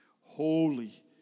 holy